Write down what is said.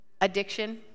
Addiction